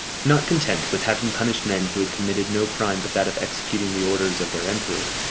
not content with having punished men who had committed no crime but that of executing the orders of their emperor,